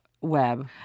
web